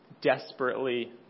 desperately